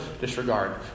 disregard